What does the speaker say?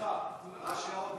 השר.